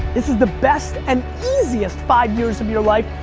this is the best and easiest five years of your life,